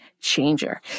changer